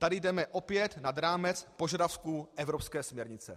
Tady jdeme opět nad rámec požadavku evropské směrnice.